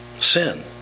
Sin